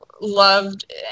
loved